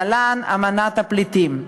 להלן: אמנת הפליטים.